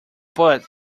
but